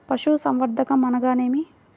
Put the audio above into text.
పశుసంవర్ధకం అనగానేమి?